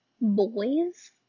boys